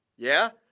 yeah?